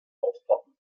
aufpoppen